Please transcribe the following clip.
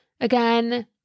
Again